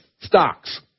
stocks